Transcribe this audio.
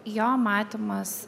jo matymas